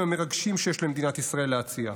המרגשים שיש למדינת ישראל להציע: